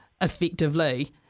effectively